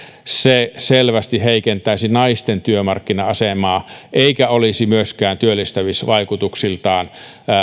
se selvästi heikentäisi naisten työmarkkina asemaa eikä olisi myöskään työllistämisvaikutuksiltaan